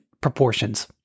proportions